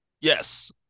Yes